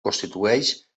constitueix